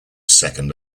second